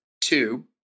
two